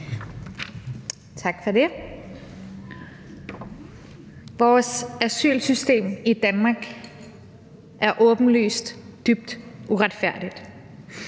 Tak for det. Vores asylsystem i Danmark er åbenlyst dybt uretfærdigt.